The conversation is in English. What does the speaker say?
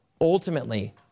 ultimately